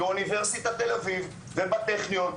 באוניברסיטת תל אביב ובטכניון,